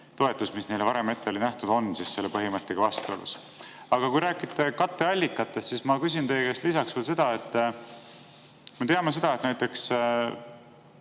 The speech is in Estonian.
toetus, mis neile varem ette oli nähtud, on selle põhimõttega vastuolus? Aga kui rääkida katteallikatest, siis ma küsin teie käest lisaks veel seda. Me teame, et näiteks